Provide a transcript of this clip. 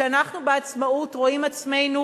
שאנחנו בעצמאות רואים עצמנו